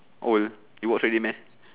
old you watch already meh